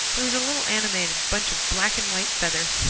he was a little animated bunch of black and white feathers,